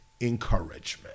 encouragement